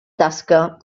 tasca